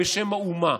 בשם האומה.